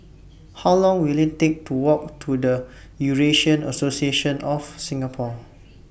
How Long Will IT Take to Walk to The Eurasian Association of Singapore